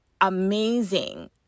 amazing